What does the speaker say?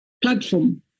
platform